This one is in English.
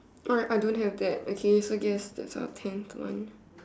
oh ya I don't have that okay so I guess that's our tenth one